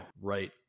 right